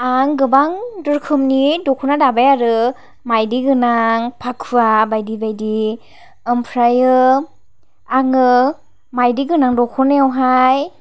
आं गोबां रोखोमनि दख'ना दाबाय आरो मायदि गोनां फाखुवा बायदि बायदि ओमफ्रायो आङो मायदि गोनां दख'नायाव हाय